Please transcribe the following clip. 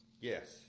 Yes